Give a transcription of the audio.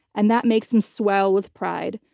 and that makes him swell with pride.